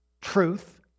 truth